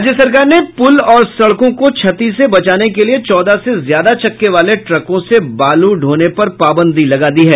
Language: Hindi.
राज्य सरकार ने पुल और सड़कों को क्षतिग्रस्त से बचाने के लिये चौदह से ज्यादा चक्के वाले ट्रकों से बालू ढोने पर पाबंदी लगा दी है